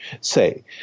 say